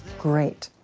great.